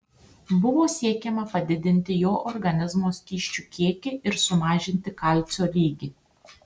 buvo siekiama padidinti jo organizmo skysčių kiekį ir sumažinti kalcio lygį